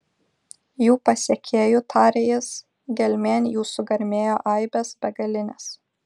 jų pasekėjų tarė jis gelmėn jų sugarmėjo aibės begalinės